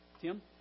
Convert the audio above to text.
Tim